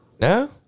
No